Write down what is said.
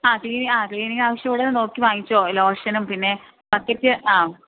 ആ ക്ലീനിംഗ് ആ ക്ലീനിംഗിന് ആവശ്യമുള്ളത് നോക്കി വാങ്ങിച്ചോളൂ ലോഷനും പിന്നെ ബക്കറ്റ് ആ